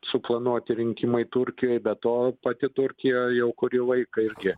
suplanuoti rinkimai turkijoj be to pati turkija jau kurį laiką irgi